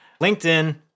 LinkedIn